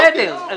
בסדר.